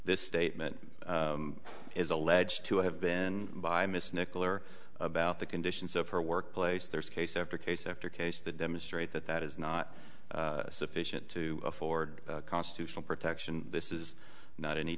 this statement is alleged to have been by miss nickel or about the conditions of her workplace there's case after case after case that demonstrate that that is not sufficient to afford constitutional protection this is not any